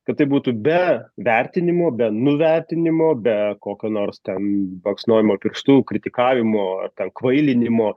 kad tai būtų be vertinimo be nuvertinimo be kokio nors ten baksnojimo pirštu kritikavimo ar ten kvailinimo